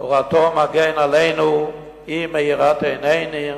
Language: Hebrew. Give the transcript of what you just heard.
"תורתו מגן לנו, היא מאירת עינינו,